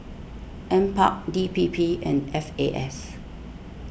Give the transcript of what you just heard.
NParks D P P and F A S